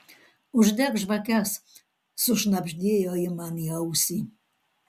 uždek žvakes sušnabždėjo ji man į ausį